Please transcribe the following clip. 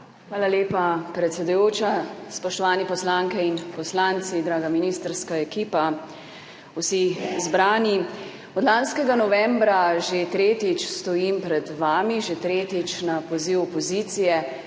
Hvala lepa predsedujoča. Spoštovani poslanke in poslanci, draga ministrska ekipa, vsi zbrani! Od lanskega novembra že tretjič stojim pred vami, že tretjič na poziv opozicije,